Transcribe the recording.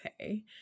Okay